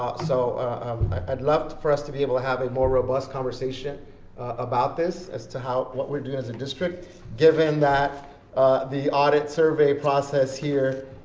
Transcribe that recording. ah so i'd love for us to be able to have a more robust conversation about this as to what we're doing as a district given that the audit survey process here,